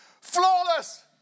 Flawless